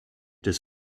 des